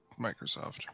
Microsoft